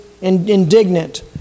indignant